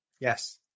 yes